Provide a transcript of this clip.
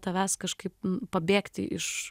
tavęs kažkaip pabėgti iš